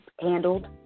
handled